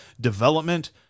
development